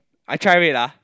I try it ah